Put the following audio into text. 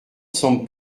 semble